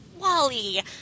Wally